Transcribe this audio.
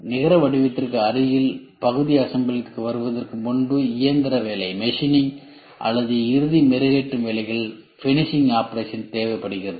நிகர வடிவத்திற்கு அருகில் பகுதி அசம்பிளிக்கு வருவதற்கு முன்பு இயந்திர வேலை அல்லது இறுதி மெருகேற்றும் வேலைகள் தேவைப்படுகிறது